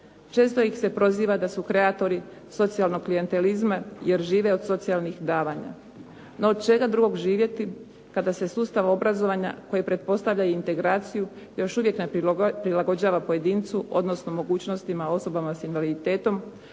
Često ih se proziva da su kreatori socijalnog klijentalizma jer žive od socijalnih davanja. No od čega drugog živjeti kada se sustav obrazovanja koji pretpostavlja integraciju još uvijek ne prilagođava pojedincu, odnosno mogućnostima osobama sa invaliditetom